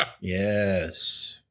Yes